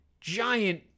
giant